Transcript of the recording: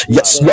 Yes